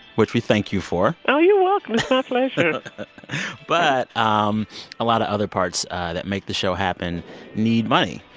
which we thank you for oh, you're welcome. it's my pleasure but um a lot of other parts that make the show happen need money.